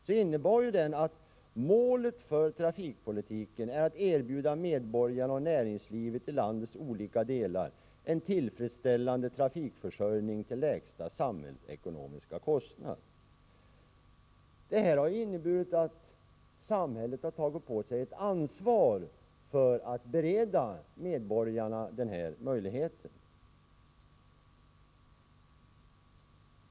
Det innebar att målet för trafikpolitiken skall vara att erbjuda medborgarna och näringslivet i landets olika delar en tillfredsställande trafikförsörjning till lägsta samhällsekonomiska kostnad. Detta har inneburit att samhället har tagit på sig ett ansvar för att bereda medborgarna tillgång till denna yrkestrafik.